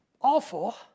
awful